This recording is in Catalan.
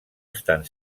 estan